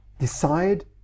Decide